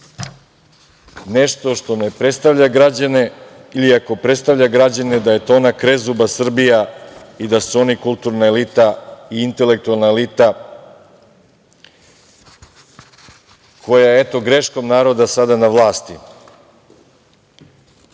nešto što ne predstavlja građane, ili ako predstavlja građane, da je to ona krezuba Srbija i da su oni kulturna elita i intelektualna elita koja je greškom naroda sada na vlasti. Ono